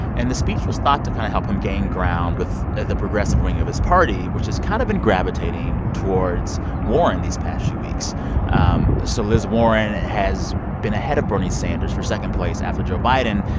and the speech was thought to kind of help him gain ground with the progressive wing of his party, which has kind of been gravitating towards warren these past few weeks um so liz warren has been ahead of bernie sanders for second place, after joe biden,